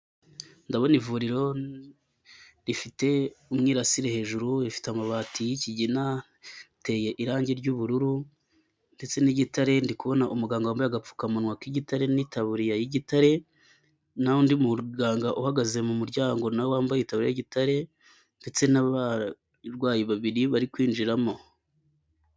Ndabona ivuriro rifite umurasire hejuru, riifite amabati y'ikigina, riteye irangi ry'ubururu ndetse n'igitare, ndi kubona umuganga wambaye agapfukamunwa k'igitare n'itaburiya y'igitare n'undi muganga uhagaze mu muryango na we yambaye itaburiya y'igitare ndetse n'abarwayi babiri bari kwinjiramo.